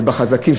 ובחזקים,